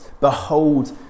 behold